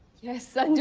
yes sir.